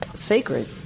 sacred